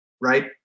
right